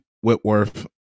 Whitworth